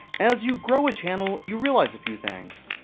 as you grow a channel you realize a few things.